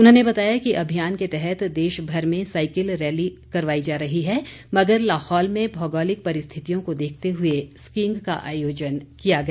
उन्होंने बताया कि अभियान के तहत देशभर में साईकिल रैली करवाई जा रहा है मगर लाहौल में भौगोलिक परिस्थितियों को देखते हुए स्कीईंग का आयोजन किया गया